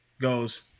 goes